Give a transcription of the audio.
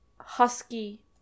Husky